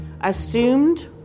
assumed